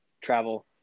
travel